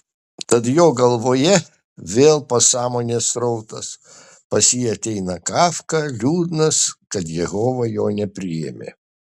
tad jo galvoje vėl pasąmonės srautas pas jį ateina kafka liūdnas kad jehova jo nepriėmė